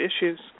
issues